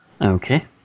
Okay